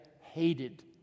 hated